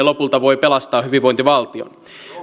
lopulta voi pelastaa hyvinvointivaltion